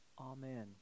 Amen